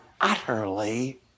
utterly